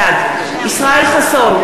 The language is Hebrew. בעד ישראל חסון,